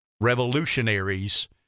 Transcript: revolutionaries